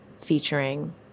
featuring